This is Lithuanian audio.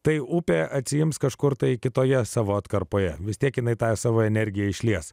tai upė atsiims kažkur tai kitoje savo atkarpoje vis tiek jinai tą savo energiją išlies